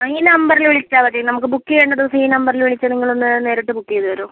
ആ ഈ നമ്പറിൽ വിളിച്ചാൽ മതി നമുക്ക് ബുക്ക് ചെയ്യേണ്ട ദിവസം ഈ നമ്പറിൽ വിളിച്ചാൽ നിങ്ങളൊന്ന് നേരിട്ട് ബുക്ക് ചെയ്ത് തരുമോ